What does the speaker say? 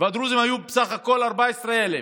והדרוזים היו בסך הכול 14,000,